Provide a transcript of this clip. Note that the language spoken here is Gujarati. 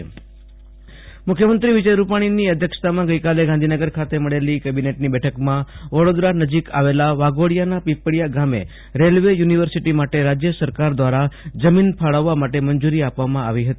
આશુતોષ અંતાણી મુખ્યમંત્રી ઃ રેલ્વે ચુનિવર્સિટી ઃ મુખ્યમંત્રી વિજય રૂપાજ્ઞીની અધ્યક્ષતામાં ગાઁધીનગર ખાતે મળેલી કેબિનેટની બેઠકમાં વડોદરા નજીક આવેલ વાઘોડીયાના પીપળિયા ગામે રેલ્વે યૂનિવર્સિટી માટે રાજ્ય સરકાર દ્વારા જમીન ફાળવા માટે મંજૂરી આપવામાં આવી હતી